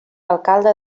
alcalde